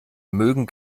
mögen